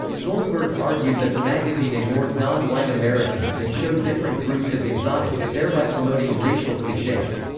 goldberg argued that the magazine ignored non-white americans and showed different groups as exotic, thereby promoting racial cliches.